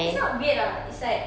it's not weird lah it's like